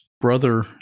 brother